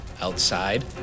outside